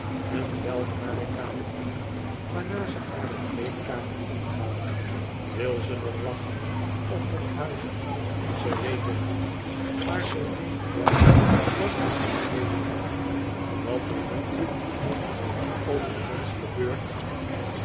en belt hare kamenier waarna ze hare kleedkamer ingaat wil ze nog lachen of nog huilen ze weet het niet maar ze weet wel dat ze zich kleeden moet wat er met of om een mensch gebeurt